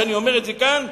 שאני אומר את זה כאן,